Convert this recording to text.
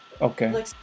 Okay